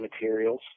materials